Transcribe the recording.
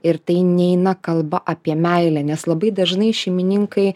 ir tai neina kalba apie meilę nes labai dažnai šeimininkai